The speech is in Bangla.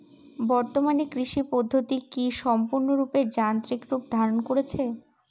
বর্তমানে কৃষি পদ্ধতি কি সম্পূর্ণরূপে যান্ত্রিক রূপ ধারণ করেছে?